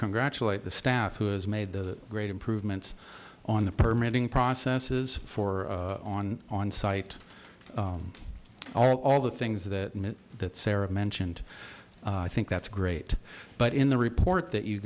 congratulate the staff who has made the great improvements on the permitting processes for on on site all the things that that sarah mentioned i think that's great but in the report that you